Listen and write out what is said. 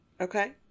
Okay